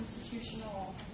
institutional